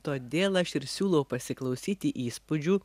todėl aš ir siūlau pasiklausyti įspūdžių